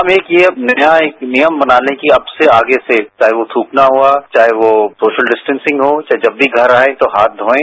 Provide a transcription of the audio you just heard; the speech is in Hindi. हम एक नियम बना लें कि अब से आगे से चाहे वह थूकना हुआ चाहे वह सोशल बिस्टॅसिंग हो चाहे जब भी घर आएं तो हाथ धोएं